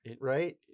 Right